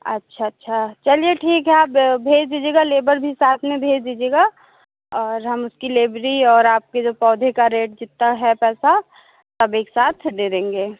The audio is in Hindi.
अच्छा अच्छा चलिए ठीक है आप भेज़ दीजिएगा लेबर भी साथ में भेज दीजिएगा और हम उसकी लेबरी और आपके जो पौधे का रेट जितना है पैसा सब एक साथ दे देंगे